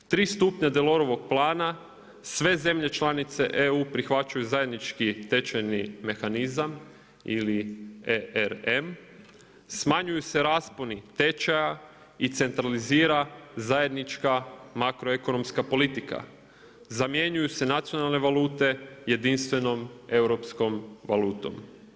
3 stupnja Delorovog plana sve zemlje članice EU prihvaćaju zajednički tečajni mehanizam ili ERM, smanjuju se rasponi tečaja i centralizira zajednička makroekonomska politika, zamjenjuju se nacionalne valute jedinstvenom europskom valutom.